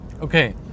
okay